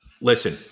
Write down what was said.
Listen